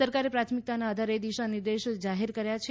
સરકારે પ્રાથમિકતાના આધારે દિશા નિર્દેશ જાહેર કર્યા છે